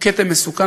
הוא כתם מסוכן,